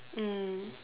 mm